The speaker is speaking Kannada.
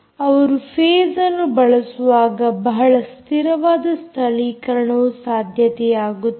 ಅವರು ಫೇಸ್ ಅನ್ನು ಬಳಸುವಾಗ ಬಹಳ ಸ್ಥಿರವಾದ ಸ್ಥಳೀಕರಣವು ಸಾಧ್ಯವಾಗುತ್ತದೆ